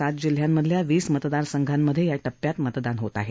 सात जिल्ह्यामधल्या वीस मतदारसंघांमध्ये या टप्प्यात मतदान होत आहे